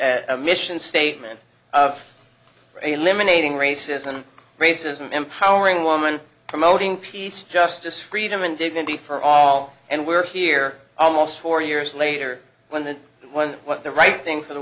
with a mission statement of eliminating racism racism empowering women promoting peace justice freedom and dignity for all and we're here almost four years later when the what the right thing for the